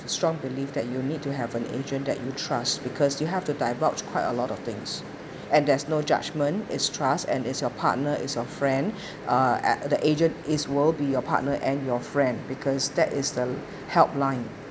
the strong belief that you need to have an agent that you trust because you have to divulge quite a lot of things and there's no judgment is trust and is your partner is your friend uh at the agent is will be your partner and your friend because that is helpline